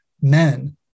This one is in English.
men